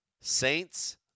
Saints